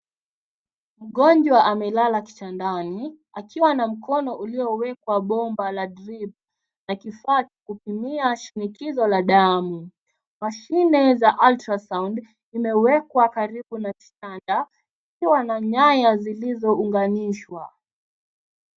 Mgonjwa amelala kitandani, akiwa na mkono uliowekwa bomba la drip na kifaa cha kupimia shinikizo la damu. Mashine za ultrasound [ cs]zimewekwa karibu na kitanda , ikiwa na nyaya zilizounganishwa.